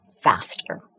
faster